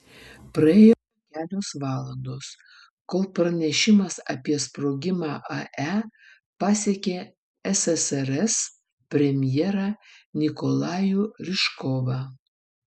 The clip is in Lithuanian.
praėjo kelios valandos kol pranešimas apie sprogimą ae pasiekė ssrs premjerą nikolajų ryžkovą